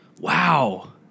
Wow